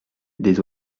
des